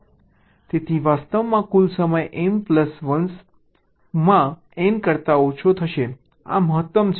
તેથી વાસ્તવમાં કુલ સમય m પ્લસ 1 માં n કરતાં ઓછો થશે આ મહત્તમ છે